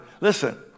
Listen